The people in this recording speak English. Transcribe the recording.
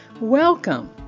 welcome